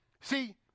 See